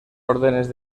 órdenes